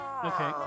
Okay